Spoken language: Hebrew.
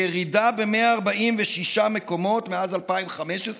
ירידה ב-146 מקומות מאז 2015,